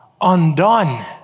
undone